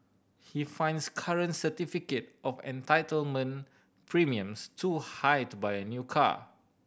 he finds current certificate of entitlement premiums too high to buy a new car